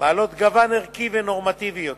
בעלות גוון ערכי ונורמטיבי יותר,